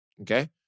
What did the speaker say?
Okay